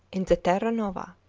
in the terra nova.